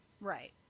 Right